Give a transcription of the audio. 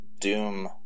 doom